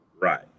Right